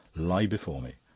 lie before me.